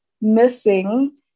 missing